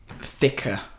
thicker